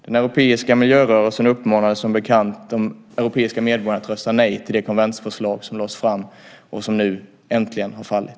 Den europeiska miljörörelsen uppmanade som bekant de europeiska medborgarna att rösta nej till det konventsförslag som lades fram och som nu äntligen har fallit.